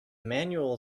manual